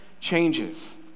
changes